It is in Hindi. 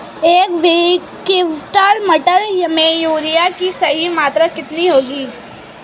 एक क्विंटल मटर में यूरिया की सही मात्रा कितनी होनी चाहिए?